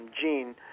Gene